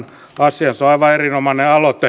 se on aivan erinomainen aloite